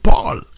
Paul